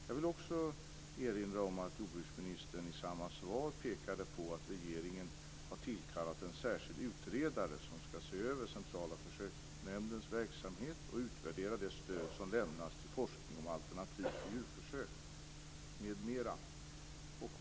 Jag vill också erinra om att jordbruksministern i samma svar pekar på att regeringen har tillkallat en särskild utredare som skall se över Centrala försöksdjursnämndens verksamhet och utvärdera det stöd som lämnas till forskning om alternativa djurförsök m.m.